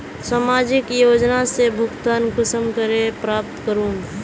सामाजिक योजना से भुगतान कुंसम करे प्राप्त करूम?